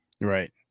Right